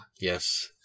Yes